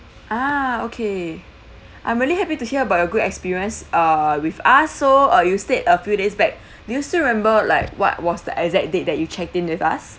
uh okay I'm really happy to hear about your good experience uh with us so you stayed a few days back do you still remember like what was the exact date that you checked in with us